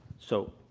so